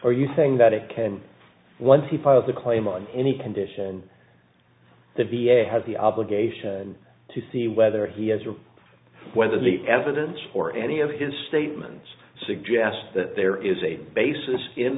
are you saying that it can once he files a claim on any condition the v a has the obligation to see whether he has or whether the evidence or any of his statements suggests that there is a basis in